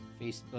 Facebook